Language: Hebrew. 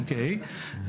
אוקי.